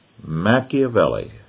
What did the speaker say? Machiavelli